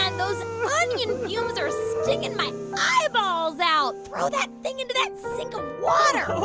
um those onion fumes are stinging my eyeballs out. throw that thing into that sink of water ok